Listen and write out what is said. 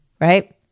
right